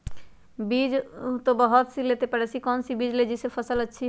बीज तो बहुत सी लेते हैं पर ऐसी कौन सी बिज जिससे फसल अच्छी होगी?